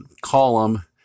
column